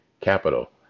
capital